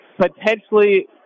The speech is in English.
potentially –